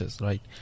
right